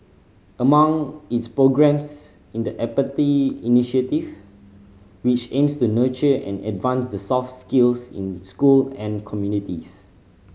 among its programmes in the Empathy Initiative which aims to nurture and advance the soft skills in school and communities